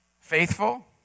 Faithful